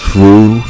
True